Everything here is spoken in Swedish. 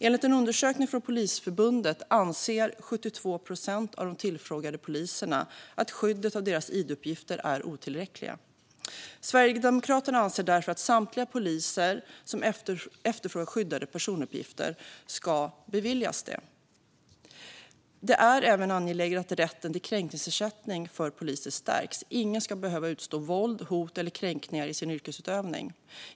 Enligt en undersökning från Polisförbundet anser 72 procent av de tillfrågade poliserna att skyddet av deras id-uppgifter är otillräckliga. Sverigedemokraterna anser därför att samtliga poliser som efterfrågar skyddade personuppgifter ska beviljas det. Det är även angeläget att rätten till kränkningsersättning för poliser stärks. Ingen ska behöva utstå våld, hot eller kränkningar i sin yrkesutövning.